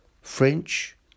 French